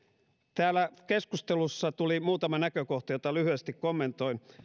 täällä keskustelussa tuli muutama näkökohta joita lyhyesti kommentoin